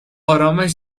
آرامش